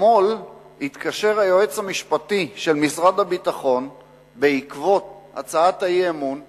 אתמול התקשר היועץ המשפטי של משרד הביטחון בעקבות הצעת האי-אמון להגיד: